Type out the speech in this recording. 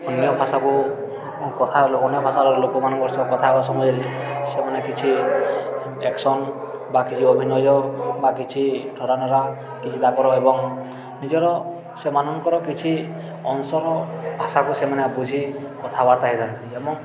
ଅନ୍ୟ ଭାଷାକୁ କଥା ଅନ୍ୟ ଭାଷାର ଲୋକମାନଙ୍କ ସହ କଥା ହେବା ସମୟରେ ସେମାନେ କିଛି ଆକ୍ସନ୍ ବା କିଛି ଅଭିନୟ ବା କିଛି ଠରା ନରା କିଛି ତାଙ୍କର ଏବଂ ନିଜର ସେମାନଙ୍କର କିଛି ଅଂଶର ଭାଷାକୁ ସେମାନେ ବୁଝି କଥାବାର୍ତ୍ତା ହେଇଥାନ୍ତି ଏବଂ